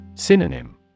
Synonym